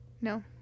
No